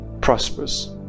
prosperous